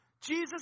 Jesus